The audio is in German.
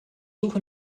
suche